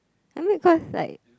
I mean cause like